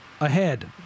ahead